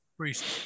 Priest